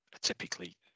typically